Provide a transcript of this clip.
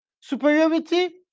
superiority